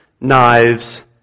knives